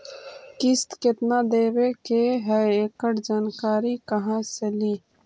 किस्त केत्ना देबे के है एकड़ जानकारी कहा से ली?